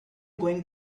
going